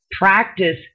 practice